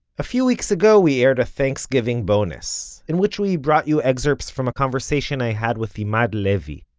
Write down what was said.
a few weeks ago we aired a thanksgiving bonus, in which we brought you excerpts from a conversation i had with emad levy,